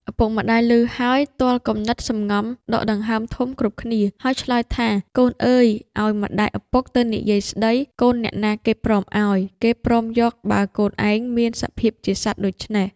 ឪពុក ម្ដាយឮហើយ ទ័លគំនិតសម្ងំដកដង្ហើមធំគ្រប់គ្នា ហើយឆ្លើយថា កូនអើយ ឱ្យម្ដាយឪពុកទៅនិយាយស្ដីកូនអ្នកណាគេព្រមឱ្យ គេព្រមយក បើកូនឯងមានសភាពជាសត្វដូច្នេះ។